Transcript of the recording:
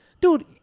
dude